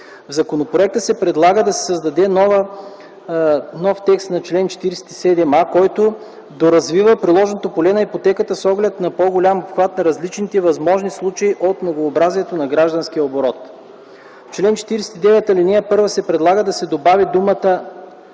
В законопроекта се предлага да се създаде нов чл. 47а, който доразвива приложното поле на ипотеката с оглед на по-голям обхват на различните възможни случаи от многообразието на гражданския оборот. В чл. 49, ал. 1 се предлага да се добави думата